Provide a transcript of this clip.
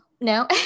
no